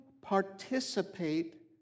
participate